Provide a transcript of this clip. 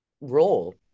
role